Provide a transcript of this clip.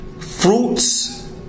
Fruits